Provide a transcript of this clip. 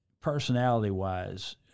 personality-wise